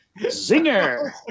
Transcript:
Zinger